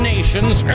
Nations